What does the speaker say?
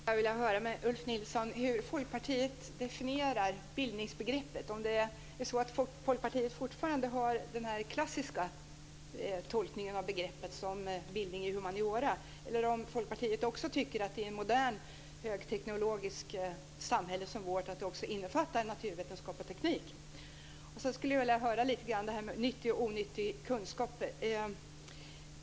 Fru talman! Jag skulle bara vilja höra med Ulf Nilsson hur Folkpartiet definierar bildningsbegreppet, om Folkpartiet fortfarande har den klassiska tolkningen av begreppet som bildning i humaniora eller om Folkpartiet tycker att det i ett modernt, högteknologiskt samhälle som vårt också innefattar naturvetenskap och teknik. Jag skulle vilja höra lite grann om nyttig och onyttig kunskap.